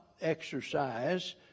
exercise